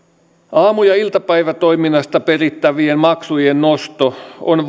aamu ja iltapäivätoiminnasta perittävien maksujen nosto on